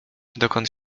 dokąd